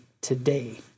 today